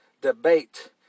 debate